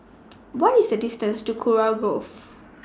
What IS The distance to Kurau Grove